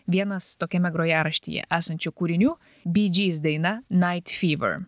vienas tokiame grojaraštyje esančių kūrinių bee gees daina night fever